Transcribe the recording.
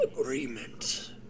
agreement